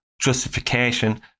justification